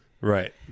Right